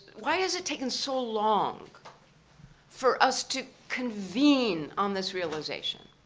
why has it taken so long for us to convene on this realization?